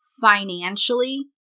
financially